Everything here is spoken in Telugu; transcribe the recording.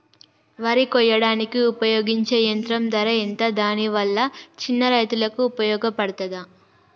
వరి కొయ్యడానికి ఉపయోగించే యంత్రం ధర ఎంత దాని వల్ల చిన్న రైతులకు ఉపయోగపడుతదా?